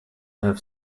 have